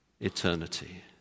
Eternity